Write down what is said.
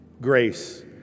grace